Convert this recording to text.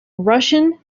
russian